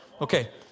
Okay